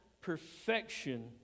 perfection